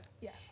Yes